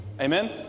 Amen